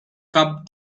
cobb